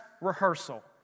rehearsal